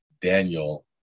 daniel